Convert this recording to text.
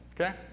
okay